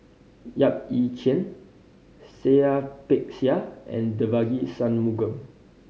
Yap Ee Chian Seah Peck Seah and Devagi Sanmugam